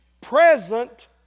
present